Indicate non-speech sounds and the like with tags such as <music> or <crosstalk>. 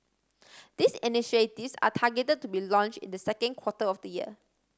these <unintelligible> are targeted to be launch in the second quarter of the year